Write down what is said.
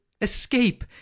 Escape